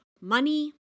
money